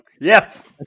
yes